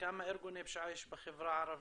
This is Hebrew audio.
כמה ארגוני פשיעה יש בחברה הערבית,